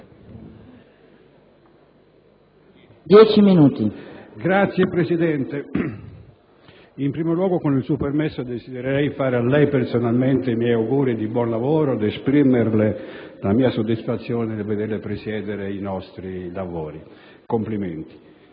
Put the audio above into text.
Signora Presidente, in primo luogo, con il suo permesso, desidero farle personalmente i miei auguri di buon lavoro ed esprimerle la mia soddisfazione di vederla presiedere i nostri lavori. Complimenti.